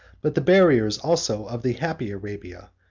but the barriers also of the happy arabia,